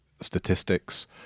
statistics